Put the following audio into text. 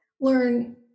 learn